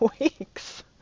weeks